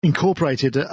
Incorporated